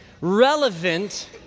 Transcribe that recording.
relevant